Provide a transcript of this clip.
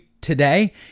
today